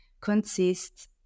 consists